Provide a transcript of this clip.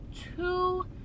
two